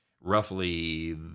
roughly